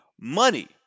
money